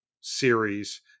series